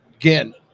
again